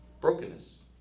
brokenness